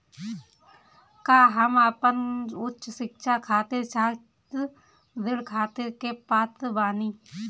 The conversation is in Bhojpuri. का हम अपन उच्च शिक्षा खातिर छात्र ऋण खातिर के पात्र बानी?